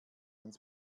ans